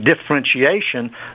differentiation